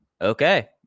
okay